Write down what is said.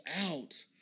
out